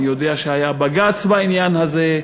אני יודע שהיה בג"ץ בעניין הזה,